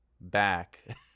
back